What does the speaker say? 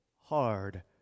hard